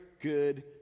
good